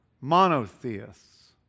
Monotheists